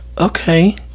okay